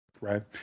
Right